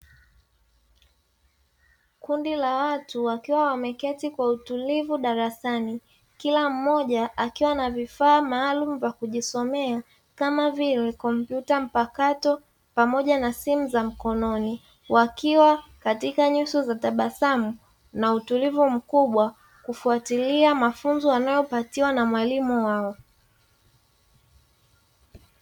Kundi la watu wakiwa wameketi kwa utulivu darasani, kila mmoja akiwa na vifaa maalumu vya kujisomea kama vile kompyuta mpakato pamoja na simu za mkononi; wakiwa katika nyuso za tabasamu na utulivu mkubwa, kufuatilia mafunzo wanayopatiwa na mwalimu wao.